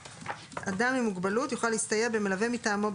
18. (א)אדם עם מוגבלות יוכל להסתייע במלווה מטעמו,